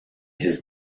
his